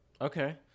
Okay